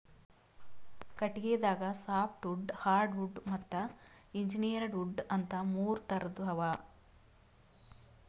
ಕಟಗಿದಾಗ softwood hardwood ಮತ್ತ್ engineered wood ಅಂತಾ ಮೂರ್ ಥರದ್ ಅವಾ